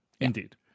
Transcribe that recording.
Indeed